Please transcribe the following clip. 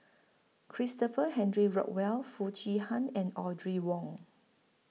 Christopher Henry Rothwell Foo Chee Han and Audrey Wong